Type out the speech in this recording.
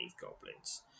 goblins